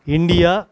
India